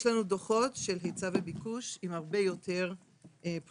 יש לנו דוחות של היצע וביקוש עם הרבה יותר פרטים.